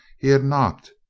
he had knocked,